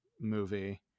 movie